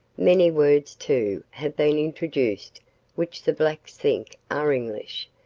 many words, too, have been introduced which the blacks think are english,